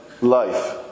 life